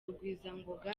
rugwizangoga